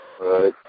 Right